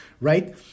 right